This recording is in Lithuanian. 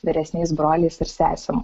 vyresniais broliais ir sesėm